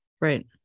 Right